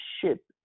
ship